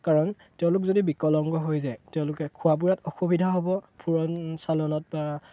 কাৰণ তেওঁলোক যদি বিকলাংগ হৈ যায় তেওঁলোকে খোৱা বোৱাত অসুবিধা হ'ব ফুৰণ চলনত বা